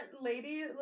lady